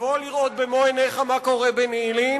תבוא לראות במו-עיניך מה קורה בנעלין,